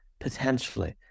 Potentially